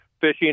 fishing